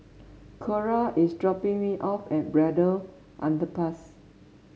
Cora is dropping me off at Braddell Underpass